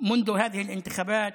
דברים בשפה הערבית,